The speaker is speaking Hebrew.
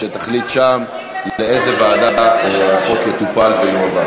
שתחליט לאיזו ועדה החוק יועבר ויטופל.